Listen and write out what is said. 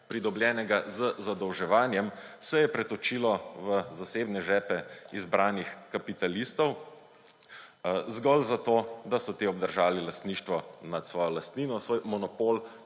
pridobljenega z zadolževanjem, se je pretočilo v zasebne žepe izbranih kapitalistov zgolj zato, da so ti obdržali lastništvo nad svojo lastnino, svoj monopol